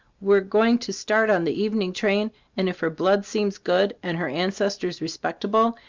we're going to start on the evening train and if her blood seems good, and her ancestors respectable,